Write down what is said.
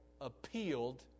appealed